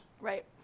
Right